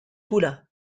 cura